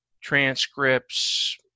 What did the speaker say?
transcripts